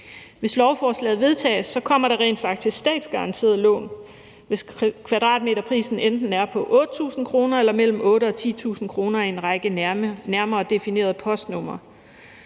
Hvis lovforslaget vedtages, kommer der rent faktisk statsgaranterede lån, hvis kvadratmeterprisen enten er på 8.000 kr. eller mellem 8.000-10.000 kr. i en række nærmere definerede postnumre.